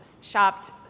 shopped